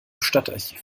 stadtarchiv